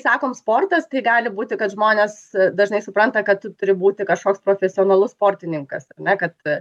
sakom sportas tai gali būti kad žmonės dažnai supranta kad tu turi būti kažkoks profesionalus sportininkas ar ne kad